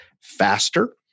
faster